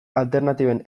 alternatiben